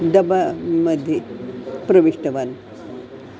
डब्बा मध्ये प्रविष्टवान्